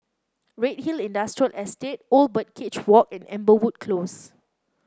Redhill Industrial Estate Old Birdcage Walk and Amberwood Close